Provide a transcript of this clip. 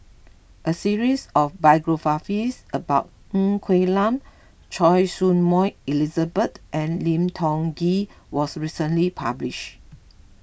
a series of biographies about Ng Quee Lam Choy Su Moi Elizabeth and Lim Tiong Ghee was recently publish